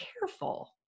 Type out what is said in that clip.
careful